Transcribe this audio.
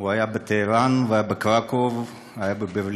הוא היה בטהרן, והיה בקרקוב, היה בברלין,